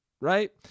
right